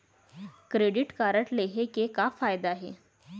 Credit card लेहे के का का फायदा हे?